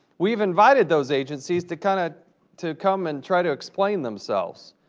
we've invited those agencies to kind of to come and try to explain themselves.